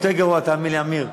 יותר גרוע, תאמין לי, עמיר.